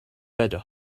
better